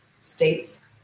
states